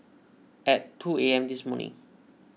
at two A M this morning